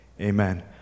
amen